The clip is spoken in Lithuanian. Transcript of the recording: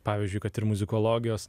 pavyzdžiui kad ir muzikologijos